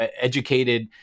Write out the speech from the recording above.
educated